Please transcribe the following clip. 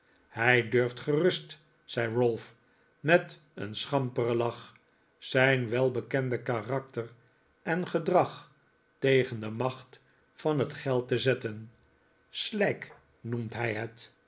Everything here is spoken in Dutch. hij durft gerust zei ralph met een schamperen lach zijn welbekende karakter en gedrag tegen de macht van het geld te zetten slijk noemt hij het